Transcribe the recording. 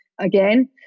again